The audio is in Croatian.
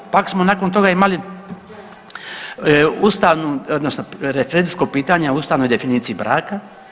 Pak smo nakon toga imali ustavnu odnosno referendumsko pitanje o ustavnoj definiciji braka.